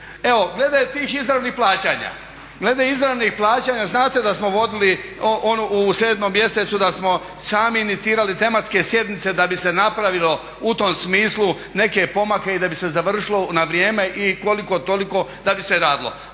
glede tih izravnih plaćanja, glede izravnih plaćanja znate da smo vodili ono u 7. mjesecu da smo sami inicirali tematske sjednice da bi se napravilo u tom smislu neke pomake i da bi se završilo na vrijeme i koliko toliko da bi se radilo.